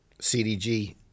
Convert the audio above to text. cdg